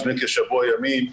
לפני כשבוע ימים,